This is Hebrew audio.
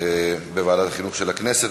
בוועדת החינוך של הכנסת.